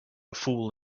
fool